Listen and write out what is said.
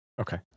okay